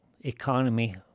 economy